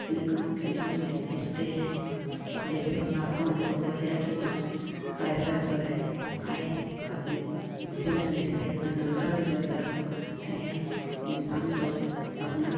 अपने काम के लिए उन्हें बेचते हैं जैसे मुनाफा उनको हो जाए कितना पैसा जो है आए अपने उसी धंधे से अपना दूसरा भी रोज़गार खोल सकते हैं इंसान तो अपना